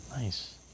Nice